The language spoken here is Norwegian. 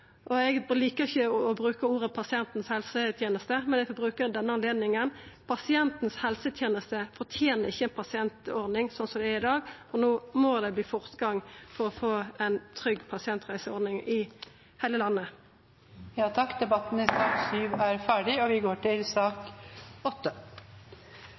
Eg likar ikkje å bruka uttrykket «pasientens helsetjeneste», men eg skal bruka det i denne anledninga: Pasientens helseteneste fortener ikkje ei pasientordning sånn som ho er i dag, og no må det verta fortgang for å få ei trygg pasientreiseordning i heile landet. Flere har ikkje bedt om ordet til sak